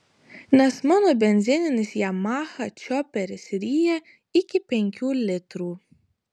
nes mano benzininis yamaha čioperis ryja iki penkių litrų